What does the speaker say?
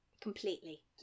completely